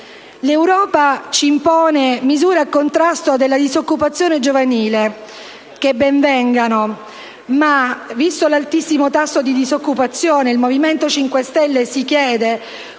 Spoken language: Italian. L'Europa ci impone misure per il contrasto della disoccupazione giovanile: che ben vengano, ma, visto l'altissimo tasso di disoccupazione, il Movimento 5 Stelle si chiede